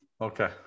Okay